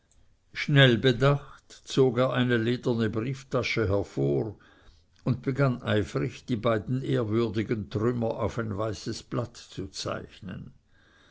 schnell bedacht zog er eine lederne brieftasche hervor und begann eifrig die beiden ehrwürdigen trümmer auf ein weißes blatt zu zeichnen